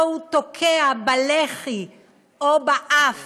אותו הוא תוקע בלחי או באף